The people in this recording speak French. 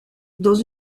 dans